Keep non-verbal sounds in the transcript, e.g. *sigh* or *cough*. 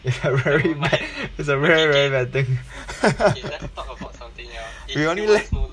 it's a very bad it's a very very bad thing *laughs* we only left